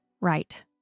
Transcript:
Right